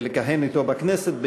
לכהן יחד אתו בכנסת,